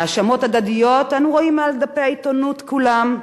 האשמות הדדיות אנו רואים מעל דפי העיתונות כולם.